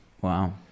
Wow